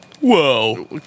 Whoa